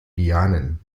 lianen